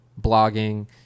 blogging